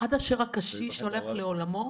עד אשר הקשיש הולך לעולמו.